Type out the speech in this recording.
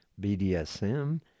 BDSM